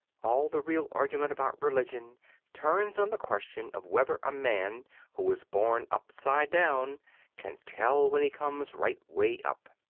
all the real argument about religion turns on the question of whether a man who was born upside down can tell when he comes right way up.